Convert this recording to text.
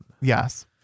Yes